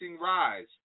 rise